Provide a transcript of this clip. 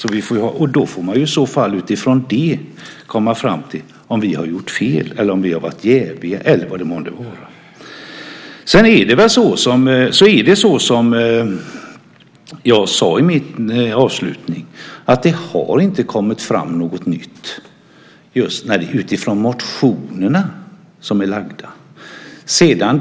Man får i så fall utifrån det komma fram till om vi har gjort fel, om vi har varit jäviga eller vad det månde vara. Som jag sade i min avslutning så har det inte kommit fram något nytt just utifrån de motioner som är väckta.